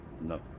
No